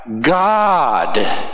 God